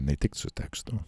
ne tik su tekstu